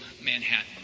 Manhattan